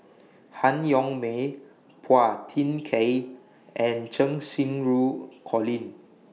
Han Yong May Phua Thin Kiay and Cheng Xinru Colin